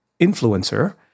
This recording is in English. influencer